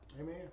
Amen